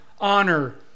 honor